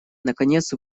наконец